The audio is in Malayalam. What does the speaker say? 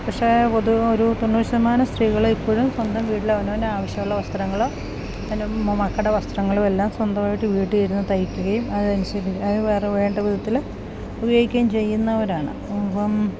പക്ഷേ പൊതു ഒരു തൊണ്ണൂറ്ശതമാനം സ്ത്രീകള് ഇപ്പഴും സ്വന്തം വീട്ടിലാണ് അവനവന് ആവശ്യമുള്ള വസ്ത്രങ്ങള് നമ്മുടെ മക്കളുടെ വസ്ത്രങ്ങളും എല്ലാം സ്വന്തമായിട്ട് വീട്ടിലിരുന്ന് തയ്ക്കുകയും അതനുസരിച്ച് അത് വേറെ വേണ്ട വിധത്തില് ഉപയോഗിക്കുകയും ചെയ്യുന്നവരാണ് അപ്പം